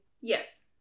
Yes